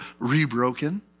rebroken